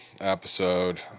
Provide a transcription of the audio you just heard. episode